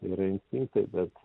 yra instinktai bet